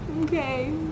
okay